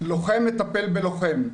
לוחם מטפל בלוחם,